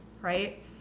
right